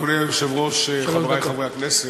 אדוני היושב-ראש, חברי חברי הכנסת,